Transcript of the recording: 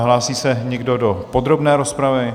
Hlásí se někdo do podrobné rozpravy?